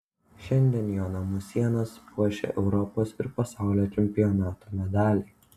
šiandien jo namų sienas puošia europos ir pasaulio čempionatų medaliai